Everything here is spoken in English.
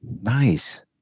Nice